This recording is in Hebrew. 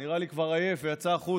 הוא נראה לי כבר עייף ויצא החוצה,